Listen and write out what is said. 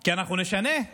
כי אנחנו נשנה;